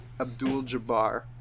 Abdul-Jabbar